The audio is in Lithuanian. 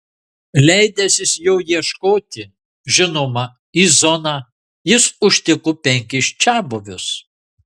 leidęsis jo ieškoti žinoma į zoną jis užtiko penkis čiabuvius